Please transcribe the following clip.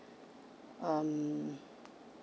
um